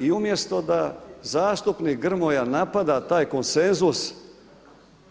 I umjesto da zastupnik Grmoja napada taj konsenzus